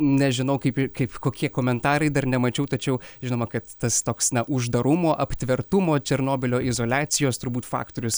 nežinau kaip kaip kokie komentarai dar nemačiau tačiau žinoma kad tas toks na uždarumo aptvertumo černobylio izoliacijos turbūt faktorius